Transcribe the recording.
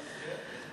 כן.